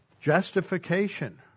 Justification